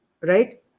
Right